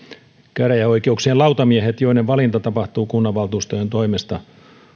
käräjäoikeuksien lautamiehet joiden valinta tapahtuu kunnanvaltuustojen toimesta